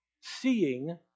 seeing